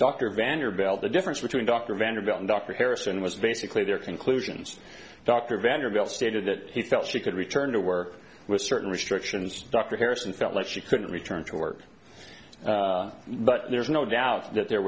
dr vanderbilt the difference between dr vanderbilt and dr harrison was basically their conclusions dr vanderbilt stated that he felt she could return to work with certain restrictions dr harrison felt like she couldn't return to work but there's no doubt that there